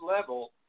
level